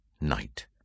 night